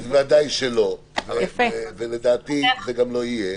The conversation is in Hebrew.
בוודאי שלא, ולדעתי זה גם לא יהיה,